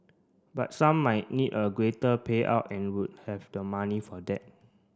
but some might need a greater payout and would have the money for that